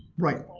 right,